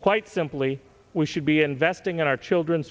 quite simply we should be investing in our children's